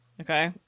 Okay